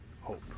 hope